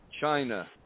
China